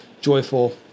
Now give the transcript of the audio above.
joyful